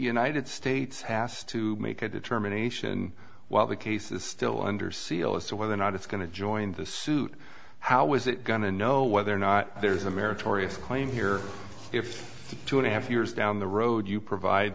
united states has to make a determination while the case is still under seal as to whether or not it's going to join the suit how is it going to know whether or not there's a meritorious claim here if two and a half years down the road you provide